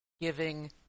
giving